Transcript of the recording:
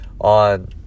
on